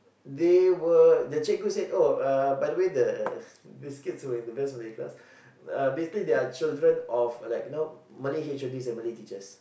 they were the cikgu said oh uh by the way the this kids that are best in her class uh basically they are children of like you know Malay H_O_Ds and Malay teachers